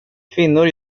kvinnor